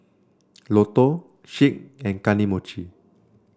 Lotto Schick and Kane Mochi